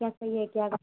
क्या सही है क्या